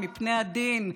מפני הדין.